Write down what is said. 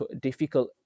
difficult